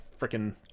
freaking